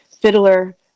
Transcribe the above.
fiddler